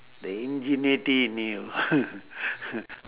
the ingenuity in you